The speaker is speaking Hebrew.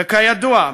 וכידוע,